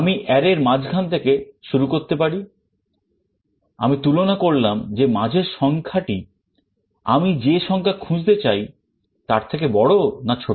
আমি array এর মাঝখান থেকে শুরু করতে পারি আমি তুলনা করলাম যে মাঝের সংখ্যাটি আমি যে সংখ্যা খুঁজতে চাই তার থেকে বড় না ছোট